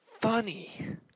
funny